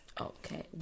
okay